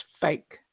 fake